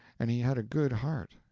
and he had a good heart,